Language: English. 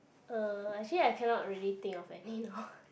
uh actually I cannot really think of any now